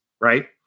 right